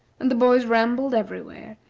and the boys rambled everywhere,